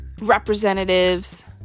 representatives